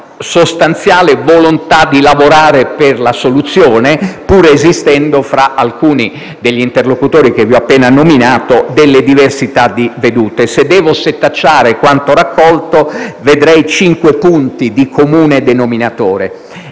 sostanziale volontà di lavorare per la soluzione, pur esistendo fra alcuni degli interlocutori che vi ho appena nominato, delle diversità di vedute. Se dovessi setacciare quanto raccolto, vedrei cinque punti di comune denominatore.